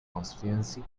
constituency